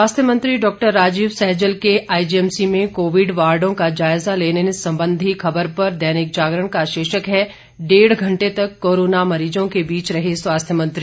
स्वास्थ्य मंत्री डॉक्टर राजीव सैजल के आईजीएमसी में कोविड वाडों का जायजा लेने संबंधी खबर पर दैनिक जागरण का शीर्षक है डेढ़ घंटे तक कोरोना मरीजों के बीच रहे स्वास्थ्य मंत्री